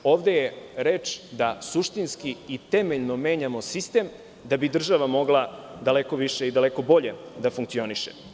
Ovde je reč da suštinski i temeljno menjamo sistem da bi država mogla daleko više i daleko bolje da funkcioniše.